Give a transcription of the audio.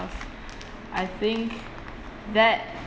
I think that